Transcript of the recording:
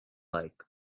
like